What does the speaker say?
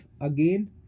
again